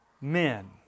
men